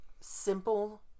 simple